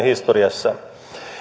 historiassa